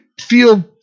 Feel